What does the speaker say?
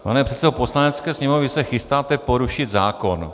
Pane předsedo Poslanecké sněmovny, vy se chystáte porušit zákon.